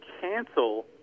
cancel –